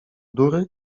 durry